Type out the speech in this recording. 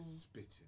spitting